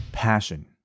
passion